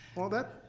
well, that's